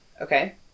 okay